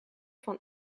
van